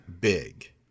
big